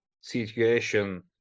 situation